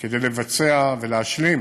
כדי לבצע ולהשלים,